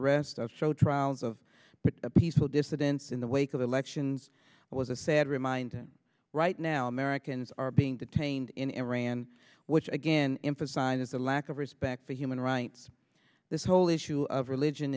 arrests of show trials of peaceful dissidents in the wake of elections was a sad reminder right now americans are being detained in iran which again emphasizes the lack of respect for human rights this whole issue of religion